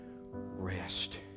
rest